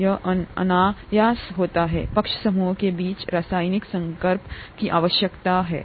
यह अनायास होता है पक्ष समूहों के बीच रासायनिक संपर्क की आवश्यकता के कार